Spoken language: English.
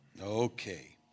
Okay